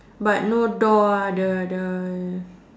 but no door ah the the